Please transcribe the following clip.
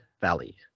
valley